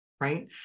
right